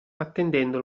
attendendo